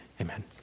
Amen